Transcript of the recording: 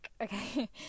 okay